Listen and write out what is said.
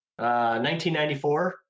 1994